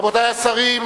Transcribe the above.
רבותי השרים,